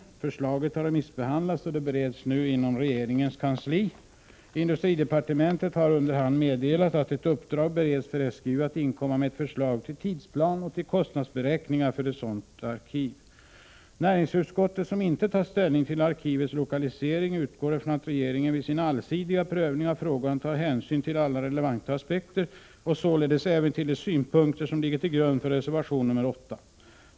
Förslaget har remissbehandlats och bereds nu inom regeringens kansli. Industridepartementet har under hand meddelat att ett uppdrag bereds för SGU att inkomma med ett förslag till tidsplan och kostnadsberäkningar för ett sådant arkiv. Näringsutskottet, som inte tar ställning till arkivets lokalisering, utgår från att regeringen vid sin allsidiga prövning av frågan tar hänsyn till alla relevanta aspekter och således även till de synpunkter som ligger till grund för reservation 8.